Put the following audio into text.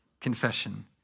confession